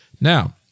Now